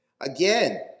Again